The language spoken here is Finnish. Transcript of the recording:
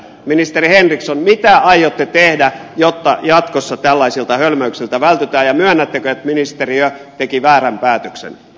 ministeri henriksson mitä aiotte tehdä jotta jatkossa tällaisilta hölmöyksiltä vältytään ja myönnättekö että ministeriö teki väärän päätöksen